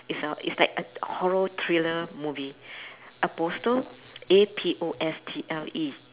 it's a it's like a horror thriller movie apostle A P O S T L E